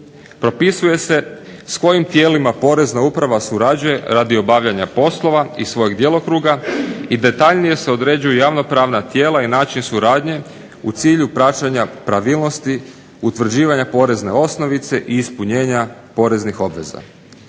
Propisuje se s kojim tijelima Porezna uprava surađuje radi obavljanja poslova iz svojeg djelokruga i detaljnije se određuju javno-pravna tijela i način suradnje u cilju praćenja pravilnosti, utvrđivanja porezne osnovice i ispunjenja poreznih obveza.